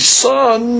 son